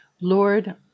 Lord